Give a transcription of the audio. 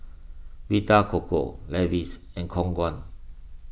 Vita Coco Levi's and Khong Guan